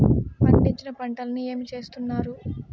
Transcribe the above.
పండించిన పంటలని ఏమి చేస్తున్నారు?